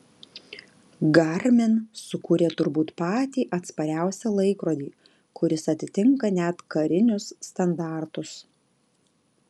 garmin sukūrė turbūt patį atspariausią laikrodį kuris atitinka net karinius standartus